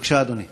בבקשה, אדוני.